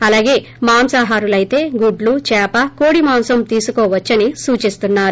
అలాగే మాంసాహారులయితే గుడ్లు చేప కోడి మాంసం తీసుకోవచ్చని సూచిస్తున్నారు